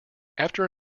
after